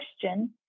question